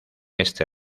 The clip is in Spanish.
este